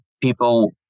people